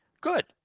good